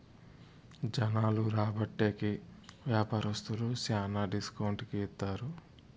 జనాలు రాబట్టే కి వ్యాపారస్తులు శ్యానా డిస్కౌంట్ కి ఇత్తారు